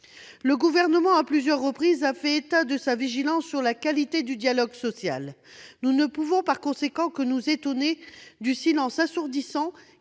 Le Gouvernement, à plusieurs reprises, a fait état de sa « vigilance sur la qualité du dialogue social ». Par conséquent, nous ne pouvons que nous étonner du silence assourdissant